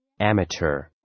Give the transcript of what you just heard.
Amateur